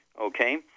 okay